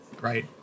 right